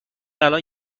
الان